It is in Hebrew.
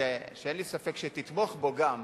שאין לי ספק שתתמוך בו גם,